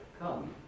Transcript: come